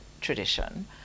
tradition